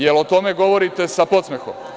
Jel o tome govorite sa podsmehom?